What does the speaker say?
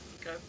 Okay